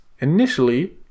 Initially